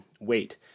weight